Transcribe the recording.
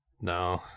No